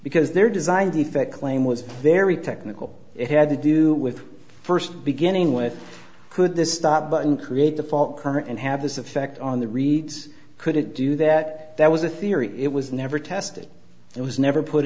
because their design defect claim was very technical it had to do with first beginning with could this stop button create the fault current and have this effect on the reeds could it do that that was a theory it was never tested it was never put